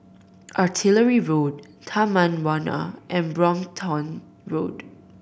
Artillery Road Taman Warna and Brompton Road